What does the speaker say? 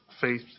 faith